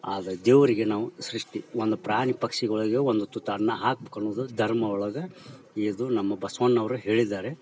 ಆಗ ದೇವರಿಗೆ ನಾವು ಸೃಷ್ಟಿ ಒಂದು ಪ್ರಾಣಿ ಪಕ್ಷಿಗಳಿಗೆ ಒಂದು ತುತ್ತು ಅನ್ನ ಹಾಕಿ ಅನ್ನೋದು ಧರ್ಮ ಒಳಗೆ ಇದು ನಮ್ಮ ಬಸವಣ್ಣವ್ರೆ ಹೇಳಿದ್ದಾರೆ